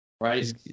right